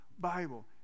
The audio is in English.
Bible